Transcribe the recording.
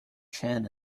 chen